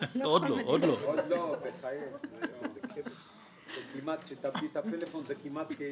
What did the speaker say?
היינו מבקשים להכפיף את זה לקבוע